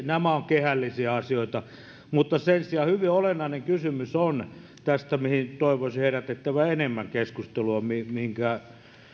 nämä ovat kehällisiä asioita mutta sen sijaan hyvin olennainen kysymys on tämä mistä toivoisin herätettävän enemmän keskustelua minkä